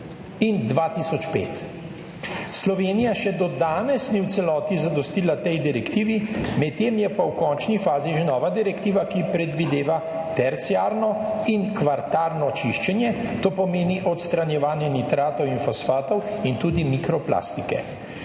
in 2005. Slovenija še do danes ni v celoti zadostila tej direktivi, medtem je pa v končni fazi že nova direktiva, ki predvideva terciarno in kvartarno čiščenje, to pomeni odstranjevanje nitratov in fosfatov in tudi mikroplastike.